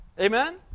Amen